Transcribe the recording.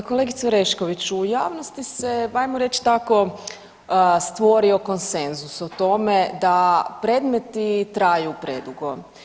Pa kolegice Orešković, u javnosti se ajmo reći tako stvorio konsenzus o tome da predmeti traju predugo.